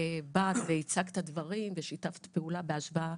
באת והצגת את הדברים ושיתפת פעולה, בהשוואה